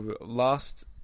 Last